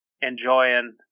enjoying